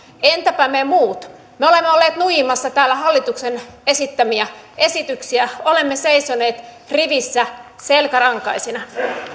entäpä me muut me olemme olleet nuijimassa täällä hallituksen esittämiä esityksiä olemme seisoneet rivissä selkärankaisina